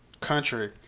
country